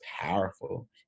powerful